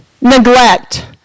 neglect